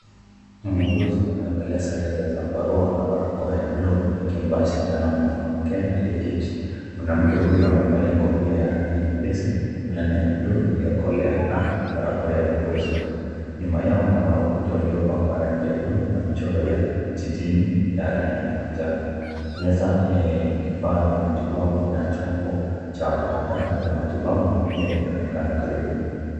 Muuguzi amevalia sare ya zambarau na barakoa ya buluu akimpa sindano mwanamke aliyeketi. Mwanamke huyu amevalia kofia ya rangi nyepesi, fulana ya buluu iliyokolea na barakoa ya buluu usoni. Nyuma yao kuna ukuta wa rangi ya buluu na michoro ya jijini ya rangi ya manjano. Meza yenye vifaa vya matibabu na chombo cha takataka ya matibabu pia inaonekana karibu.